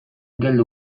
geldo